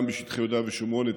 גם בשטחי יהודה ושומרון,